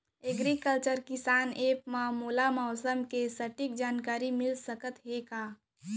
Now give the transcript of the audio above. Agriculture किसान app मा मोला मौसम के सटीक जानकारी मिलिस सकत हे का?